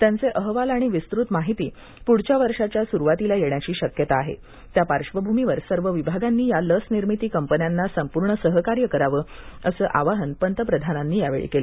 त्यांचे अहवाल आणि विस्तृत माहिती पुढच्या वर्षाच्या सुरुवातीला येण्याची शक्यता आहे त्या पार्श्वभूमीवर सर्व विभागांनी या लस निर्मिती कंपन्यांना संपूर्ण सहकार्य करावं असं आवाहन पंतप्रधानांनी यावेळी केलं